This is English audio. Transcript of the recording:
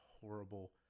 horrible